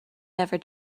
ever